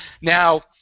Now